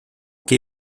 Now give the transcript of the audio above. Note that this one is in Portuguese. que